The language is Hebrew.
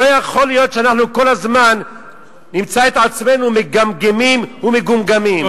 לא יכול להיות שכל הזמן נמצא את עצמנו מגמגמים ומגומגמים.